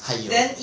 !aiyo!